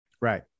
Right